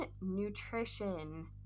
nutrition